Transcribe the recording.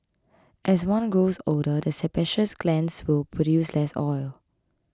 as one grows older the sebaceous glands will produce less oil